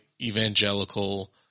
evangelical